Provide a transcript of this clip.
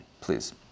please